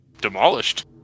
demolished